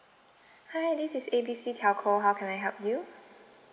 hi this is A B C telco how can I help you